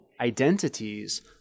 identities